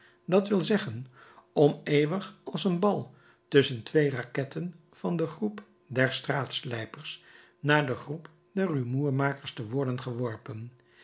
dat wil zeggen om eeuwig als een bal tusschen twee raketten van den groep der straatslijpers naar den groep der rumoermakers te worden geworpen